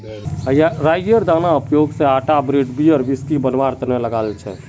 राईयेर दानार उपयोग स आटा ब्रेड बियर व्हिस्की बनवार तना लगा छेक